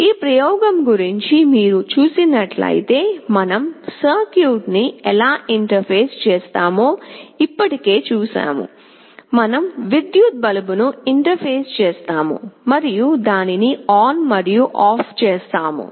ఈ ప్రయోగం గురించి మీరు చూసినట్లయితే మనం సర్క్యూట్ ను ఎలా ఇంటర్ఫేస్ చేస్తామో ఇప్పటికే చూశాము మనం విద్యుత్ బల్బును ఇంటర్ఫేస్ చేస్తాము మరియు దానిని ఆన్ మరియు ఆఫ్ చేస్తాము